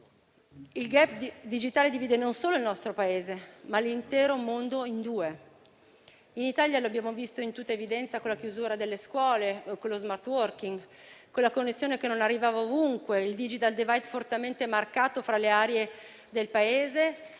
Il *gap* digitale divide non solo il nostro Paese, ma l'intero mondo in due. In Italia lo abbiamo visto con tutta evidenza con la chiusura delle scuole, con lo *smart* *working*, con la connessione che non arrivava ovunque, il *digital* *divide* fortemente marcato fra le aree del Paese, la didattica a distanza